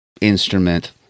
instrument